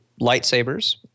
lightsabers